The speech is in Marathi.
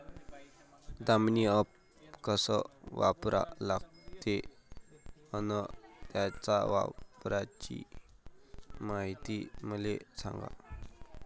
दामीनी ॲप कस वापरा लागते? अन त्याच्या वापराची मायती मले सांगा